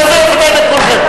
תיכף אתן לכולכם.